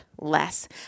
less